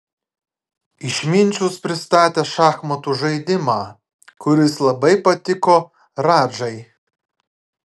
išminčius pristatė šachmatų žaidimą kuris labai patiko radžai